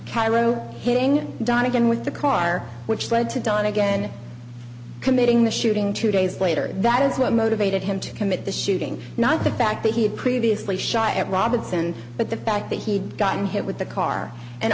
cairo hitting donnegan with the car which led to don again committing the shooting two days later that is what motivated him to commit the shooting not the fact that he had previously shy at robinson but the fact that he had gotten hit with the car and